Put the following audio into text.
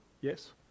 yes